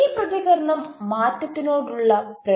ഈ പ്രതികരണം മാറ്റത്തിനോടുള്ള പ്രതിരോധമാണ്